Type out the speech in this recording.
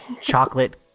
chocolate